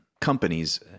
companies